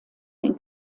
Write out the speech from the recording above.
den